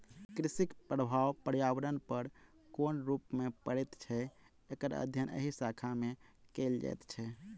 कृषिक प्रभाव पर्यावरण पर कोन रूप मे पड़ैत छै, एकर अध्ययन एहि शाखा मे कयल जाइत छै